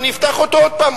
אני אפתח אותו עוד פעם.